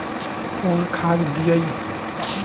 कौन खाद दियई?